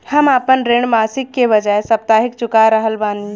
हम आपन ऋण मासिक के बजाय साप्ताहिक चुका रहल बानी